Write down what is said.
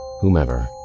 whomever